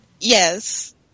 Yes